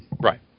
Right